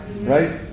right